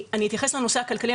אני אתייחס לנושא הכלכלי,